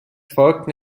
folgten